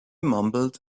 mumbled